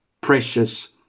precious